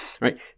right